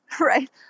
right